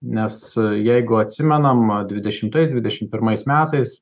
nes jeigu atsimenam dvidešimtais dvidešimt pirmais metais